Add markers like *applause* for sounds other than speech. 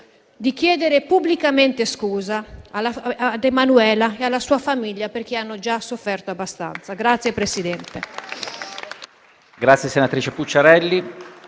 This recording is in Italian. di chiedere pubblicamente scusa a Emanuela Orlandi e alla sua famiglia perché hanno già sofferto abbastanza. *applause*